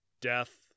death